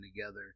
together